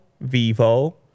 Vivo